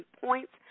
points